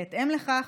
בהתאם לכך,